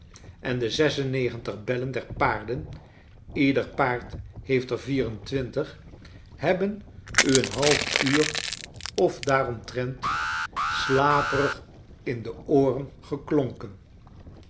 en de zes en negentig bellen der paarden ieder paard heeft er vier en twintig hebben u een half uur of daaromtrent slaperig in de ooren geklonken